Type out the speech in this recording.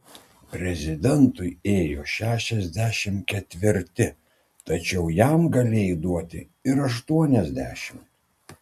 prezidentui ėjo šešiasdešimt ketvirti tačiau jam galėjai duoti ir aštuoniasdešimt